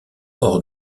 hors